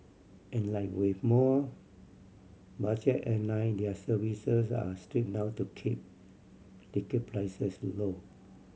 and like with more budget airline their services are strip down to keep ticket prices low